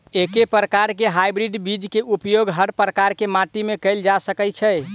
एके प्रकार केँ हाइब्रिड बीज केँ उपयोग हर प्रकार केँ माटि मे कैल जा सकय छै?